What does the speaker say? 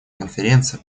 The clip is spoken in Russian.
конференция